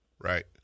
right